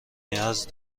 نیاز